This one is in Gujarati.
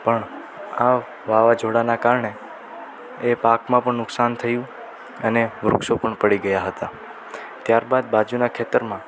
પણ આ વાવાઝોડાંનાં કારણે પાકમાં પણ નુકશાન થયું અને વૃક્ષો પણ પડી ગયાં હતાં ત્યાર બાદ બાજુનાં ખેતરમાં